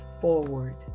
forward